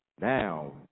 Now